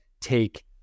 take